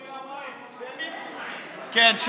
כן.